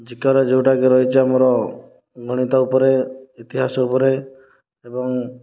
ଜିକେର ଯେଉଁଟାକି ରହିଛି ଆମର ଗଣିତ ଉପରେ ଇତିହାସ ଉପରେ ଏବଂ